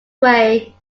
way